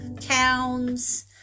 towns